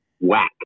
Whack